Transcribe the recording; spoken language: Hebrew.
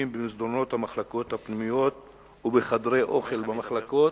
במסדרונות המחלקות הפנימיות ובחדרי האוכל במחלקות",